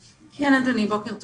כן, אדוני, בוקר טוב.